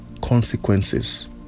consequences